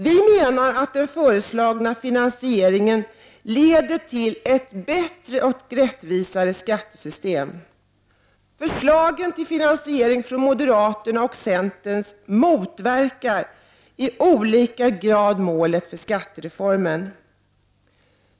Vi menar att den föreslagna finansieringen leder till ett bättre och rättvisare skattesystem. Förslagen till finansiering från moderaterna och centern motverkar i olika grad målen för skattereformen.